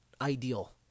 ideal